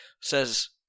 says